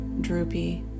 droopy